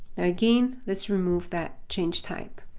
now, again, let's remove that changed type.